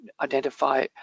identify